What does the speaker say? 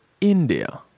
India